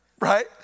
right